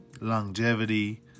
longevity